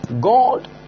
God